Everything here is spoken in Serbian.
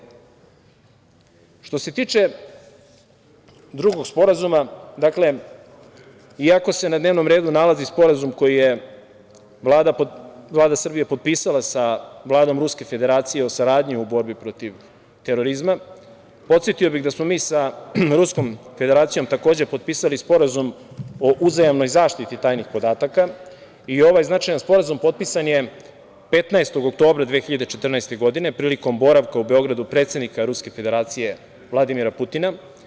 Što se tiče drugog Sporazuma iako se na dnevnom redu nalazi Sporazum koji je Vlada Srbije potpisala sa Vladom Ruske Federacije o saradnji u borbi protiv terorizma, podsetio bih da smo mi sa Ruskom Federacijom takođe potpisali Sporazum o uzajamnoj zaštiti tajnih podataka i ovaj značajan Sporazum potpisan je 15. oktobra 2014. godine prilikom boravka u Beogradu predsednika Ruske Federacije, Vladimira Putina.